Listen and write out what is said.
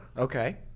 Okay